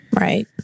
Right